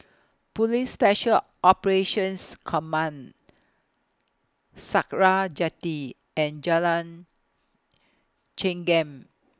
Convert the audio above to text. Police Special Operations Command Sakra Jetty and Jalan Chengam